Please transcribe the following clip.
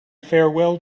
farewell